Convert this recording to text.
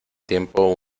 tiempo